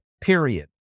period